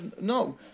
no